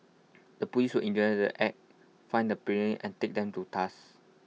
the Police will the act find the and take them to task